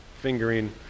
fingering